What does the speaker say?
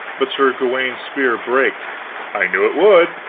but sir gawaine's spear brake i knew it would.